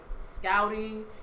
scouting